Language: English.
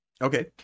Okay